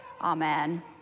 Amen